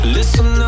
Listen